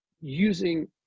using